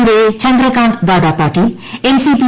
യുടെ ചന്ദ്രകാന്ത് ദാദാ പാടീൽ എൻസിപി